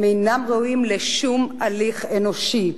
הם אינם ראויים לשום הליך אנושי,